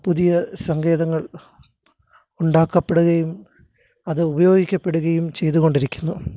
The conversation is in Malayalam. പുതിയ സങ്കേതങ്ങള് ഉണ്ടാക്കപ്പെടുയും അത് ഉപയോഗിക്കപ്പെടുകയും ചെയ്തുകൊണ്ടിരിക്കുന്നു